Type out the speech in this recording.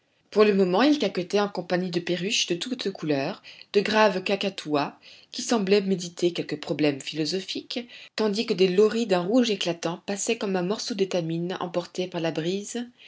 pour le moment ils caquetaient en compagnie de perruches de toutes couleurs de graves kakatouas qui semblaient méditer quelque problème philosophique tandis que des loris d'un rouge éclatant passaient comme un morceau d'étamine emporté par la brise